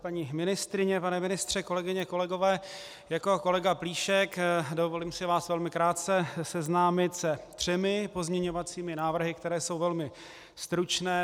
Paní ministryně, pane ministře, kolegyně, kolegové, jako kolega Plíšek dovolím si vás velmi krátce seznámit se třemi pozměňovacími návrhy, které jsou velmi stručné.